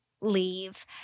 leave